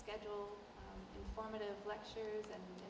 schedule formative lectures and